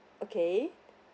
okay